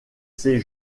ses